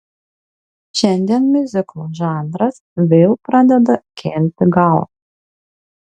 šiandien miuziklo žanras vėl pradeda kelti galvą